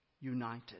united